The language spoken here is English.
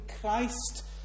Christ